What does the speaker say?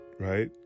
right